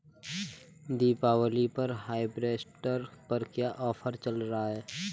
दीपावली पर हार्वेस्टर पर क्या ऑफर चल रहा है?